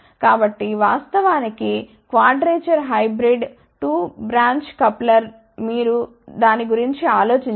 కాబట్టి వాస్తవానికి quadrature hybrid 2 branch coupler మీరు దాని గురించి ఆలోచించండి